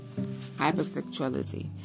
hypersexuality